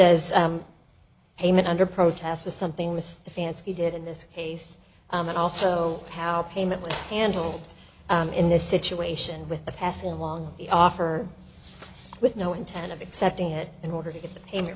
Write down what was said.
as payment under protest or something with the fancy he did in this case and also how payment was handled in this situation with the pass along the offer with no intent of accepting it in order to get the payment